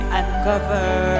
uncover